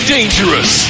Dangerous